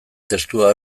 testua